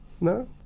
No